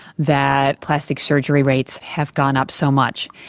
that plastic surgery rates have gone up so much,